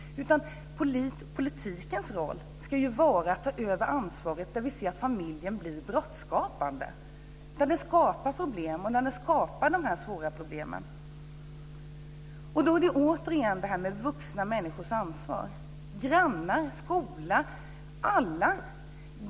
Politikernas roll är att ta över ansvaret när familjen blir brottsskapande och när den skapar svåra problem. Då kommer detta med vuxna människors ansvar återigen in. Det gäller grannar, skola och alla.